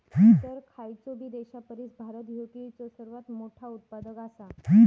इतर खयचोबी देशापरिस भारत ह्यो केळीचो सर्वात मोठा उत्पादक आसा